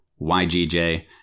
YGJ